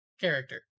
character